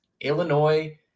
Illinois